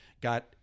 got